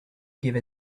give